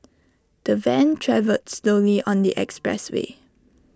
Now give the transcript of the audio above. the van travelled slowly on the expressway